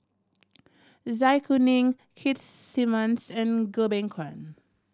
Zai Kuning Keith Simmons and Goh Beng Kwan